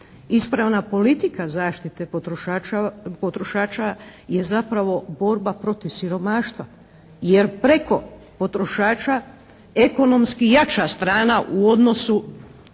Ispravna politika zaštite potrošača je zapravo borba protiv siromaštva. Jer preko potrošača ekonomski jača strana u odnosu,